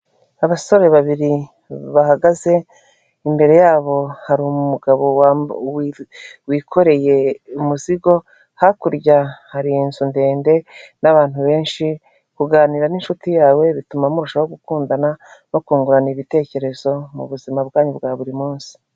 Abasore babiri bahagaze imbere yabo hari umugabo wikoreye muzigo hakurya hari inzu ndende n'abantu benshi, kuganira n'inshuti yawe bituma murushaho gukundana no kungurana ibitekerezo mu buzima bwanyu bwa buri munsi.